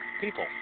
people